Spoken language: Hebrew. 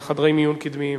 על חדרי מיון קדמיים.